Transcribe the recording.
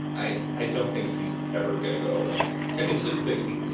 i i don't think he's ever gonna go away i just think,